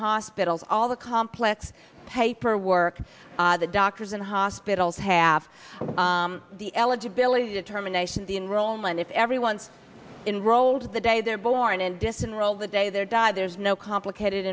hospitals all the complex paperwork the doctors and hospitals have the eligibility determination the enrollment if everyone in rolled the day they're born and disenroll the day they're die there's no complicated